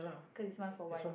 cause it's one for one